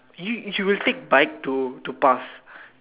you you will take bike to past